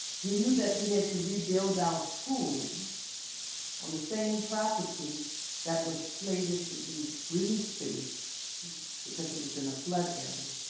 we knew that we had to rebuild our school on the same property that was slated to be green space because it was in a flood area.